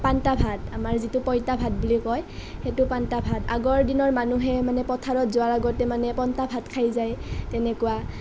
পান্তা ভাত আমাৰ যিটো পইতা ভাত বুলি কয় সেইটো পান্তা ভাত আগৰ দিনৰ মানুহে মানে পথাৰত যোৱাৰ আগতে মানে পন্তা ভাত খায় যায় তেনেকুৱা